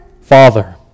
Father